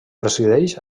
resideix